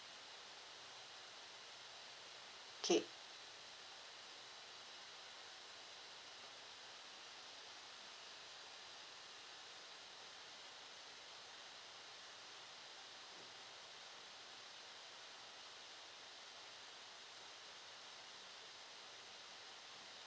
okay